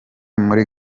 muri